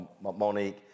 Monique